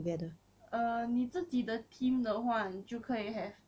err 你自己 the team 的话你就可以 have